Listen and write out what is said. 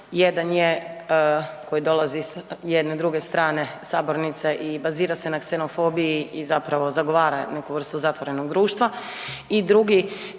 Jedan je koji dolazi iz jedne druge strane sabornice i bazira se na ksenofobiji i zapravo, zagovara neku vrstu zatvorenog društva i drugi